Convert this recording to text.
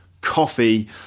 coffee